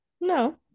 No